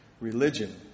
Religion